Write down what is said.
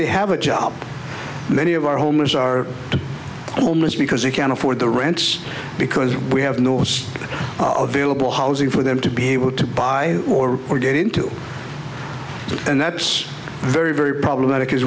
they have a job many of our homeless are almost because they can't afford the rents because we have no vailable housing for them to be able to buy or recorded into and that's very very problematic as